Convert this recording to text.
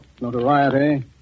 Notoriety